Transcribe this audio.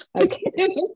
Okay